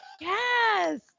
Yes